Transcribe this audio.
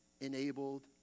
enabled